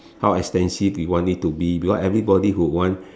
how extensive you want it to be because everybody would want